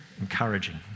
Encouraging